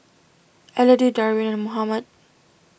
Elodie Darwin and Mohammad